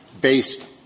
based